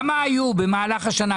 כמה היו במהלך השנה?